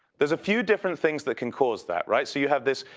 there's a few different things that can cause that right, so you have this,